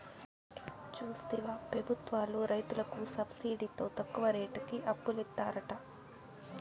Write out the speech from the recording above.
చూస్తివా పెబుత్వాలు రైతులకి సబ్సిడితో తక్కువ రేటుకి అప్పులిత్తారట